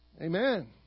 Amen